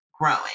growing